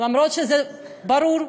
אף שזה ברור,